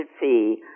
fee